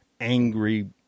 angry